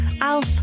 Alf